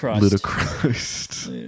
Ludicrous